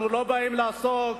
אנחנו לא באים לעסוק